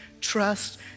trust